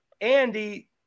Andy